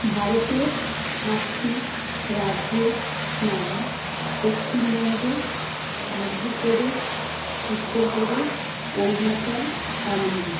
ভারতের পাঁচটি রাজ্যের নাম পশ্চিমবঙ্গ মধ্যপ্রদেশ উত্তরপ্রদেশ অরুণাচল তামিলনাড়ু